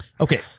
Okay